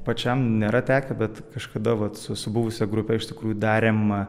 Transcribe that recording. pačiam nėra tekę bet kažkada vat su su buvusia grupe iš tikrųjų darėm